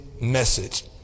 message